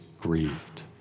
grieved